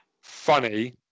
funny